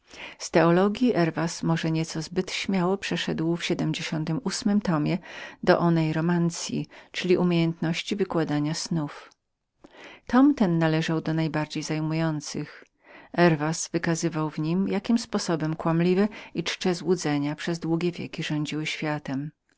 z teologji herwas może nieco zbyt śmiało przeszedł w m tomie do onejrokrytyki czyli nauki wykładania snów tom ten należał do najbardziej zajmujących herwas wykazywał w nim jakim sposobem kłamliwe i powierzchowne błędy przez tak długi czas rządziły światem